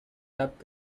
tap